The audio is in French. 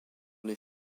les